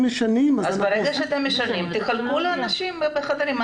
אז ברגע שאתם משנים תחלקו לאנשים בחדרים.